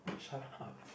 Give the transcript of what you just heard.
shut up